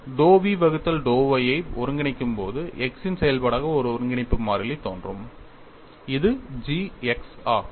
நான் dou v வகுத்தல் dou y ஐ ஒருங்கிணைக்கும்போது x இன் செயல்பாடாக ஒரு ஒருங்கிணைப்பு மாறிலி தோன்றும் இது g x ஆகும்